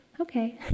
okay